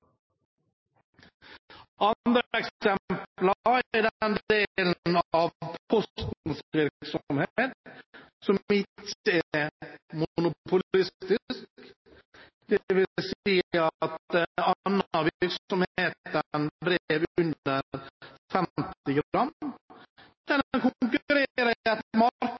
Andre eksempler er den delen av Postens virksomhet som ikke er monopolistisk, dvs. annen virksomhet enn brev under